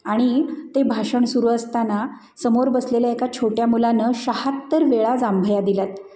आणि ते भाषण सुरू असताना समोर बसलेल्या एका छोट्या मुलाने शाहत्तर वेळा जांभया दिल्या आहेत